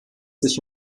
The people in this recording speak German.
sich